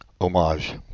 homage